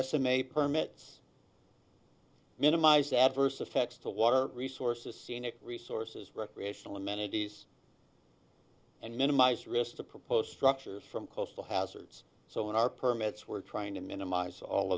estimate permits minimize adverse effects to water resources scenic resources recreational amenities and minimize risk the proposed structures from coastal hazards so in our permits we're trying to minimize all